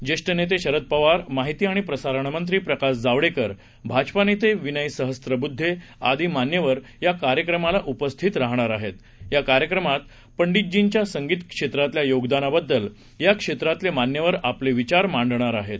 ज्येष्ठनेतेशरदपवारमाहितीआणिप्रसारणमंत्रीप्रकाशजावडेकरभाजपानेतेविनयसहस्तबुद्धेआदीमान्यवरयाकार्यक्रमालाउपस्थीतराहणारआहेत याकार्यक्रमातपंडीतजींच्यासंगीतक्षेत्रातल्यायोगदानाबद्दलयाक्षेत्रातलेमान्यवरआपलेविचारमांडणारआहेत